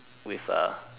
with a